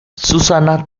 susana